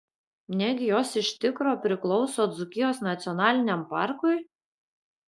negi jos iš tikro priklauso dzūkijos nacionaliniam parkui